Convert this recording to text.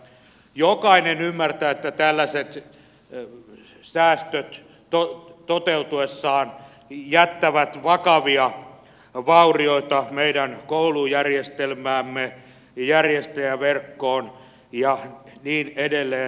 jokainen ymmärtää että tällaiset säästöt toteutuessaan jättävät vakavia vaurioita meidän koulujärjestelmäämme ja järjestäjäverkkoon ja niin edelleen